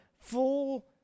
full